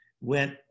Went